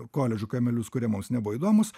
koledžo kaimelius kurie mums nebuvo įdomūs